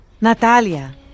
Natalia